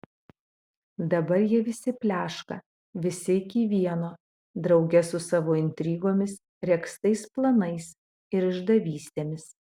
dabar jie visi pleška visi iki vieno drauge su savo intrigomis regztais planais ir išdavystėmis